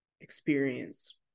experience